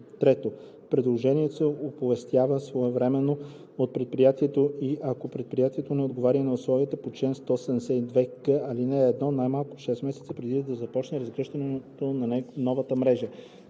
3. предложението се оповестява своевременно от предприятието и, ако предприятието не отговаря на условията по чл. 172к, ал. 1, най-малко 6 месеца преди да започне разгръщането на новата мрежа;